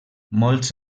molts